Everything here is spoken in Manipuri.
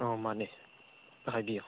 ꯑꯥ ꯃꯥꯅꯦ ꯍꯥꯏꯕꯤꯎ